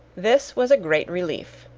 this was a great relief,